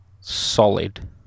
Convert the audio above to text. solid